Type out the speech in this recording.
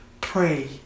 pray